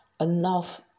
enough